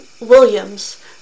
Williams